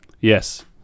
Yes